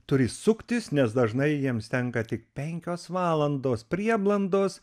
turi suktis nes dažnai jiems tenka tik penkios valandos prieblandos